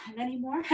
anymore